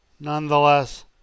Nonetheless